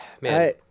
man